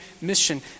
mission